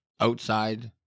Outside